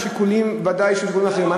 השיקולים ודאי שיקולים אחרים,